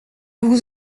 vous